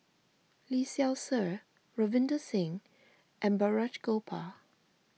Lee Seow Ser Ravinder Singh and Balraj Gopal